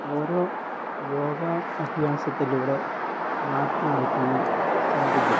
ഓരോ യോഗ അഭ്യാസത്തിലൂടെ മാറ്റിയെടുക്കുവാൻ സാധിക്കും